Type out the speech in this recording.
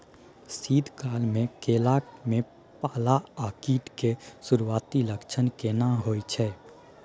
शीत काल में केला में पाला आ कीट के सुरूआती लक्षण केना हौय छै?